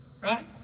right